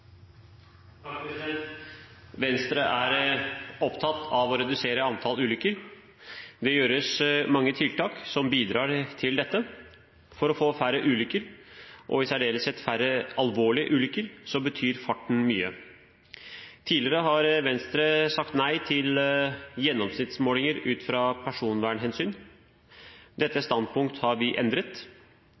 ja og la det være et av de mange tiltakene vi trenger i trafikksikkerhetsarbeidet. Venstre er opptatt av å redusere antall ulykker. Det er mange tiltak som bidrar til dette. For å få færre ulykker, og i særdeleshet færre alvorlige ulykker, betyr farten mye. Tidligere har Venstre sagt nei til gjennomsnittsmålinger ut fra personvernhensyn. Dette standpunkt har vi